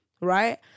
Right